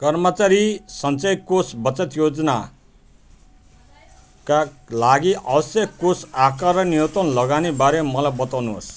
कर्मचारी सञ्चय कोष बचत योजनाका लागि आवश्यक कोष आकार र न्यूनतम लगानीबारे मलाई बताउनुहोस्